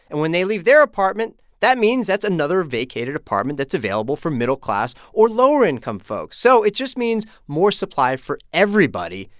and when they leave their apartment, that means that's another vacated apartment that's available for middle-class or lower-income folks. so it just means more supply for everybody.